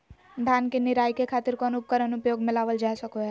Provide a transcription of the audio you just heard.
धान के निराई के खातिर कौन उपकरण उपयोग मे लावल जा सको हय?